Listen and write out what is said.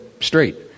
straight